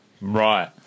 Right